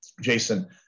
Jason